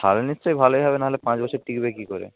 তাহলে নিশ্চয় ভালোই হবে না হলে পাঁচ বছর টিকবে কী করে